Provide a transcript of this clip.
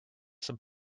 some